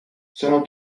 sono